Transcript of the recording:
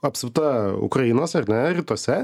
apsupta ukrainos ar ne rytuose